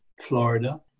Florida